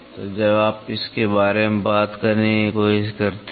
तो जब आप इसके बारे में बात करने की कोशिश करते हैं